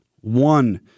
one